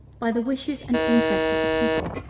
by the wishes and interest of the people,